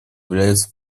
является